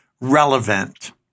relevant